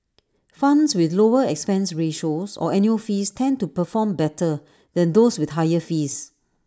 funds with lower expense ratios or annual fees tend to perform better than those with higher fees